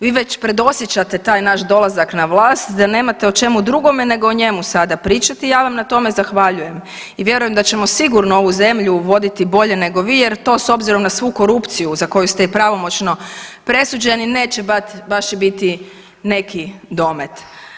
Vi već predosjećate taj naš dolazak na vlast da nemate o čemu drugome nego o njemu sada pričati i ja vam na tome zahvaljujem i vjerujem da ćemo sigurno ovu zemlju voditi bolje nego vi jer to s obzirom na svu korupciju za koju ste i pravomoćno presuđeni neće baš i biti neki domet.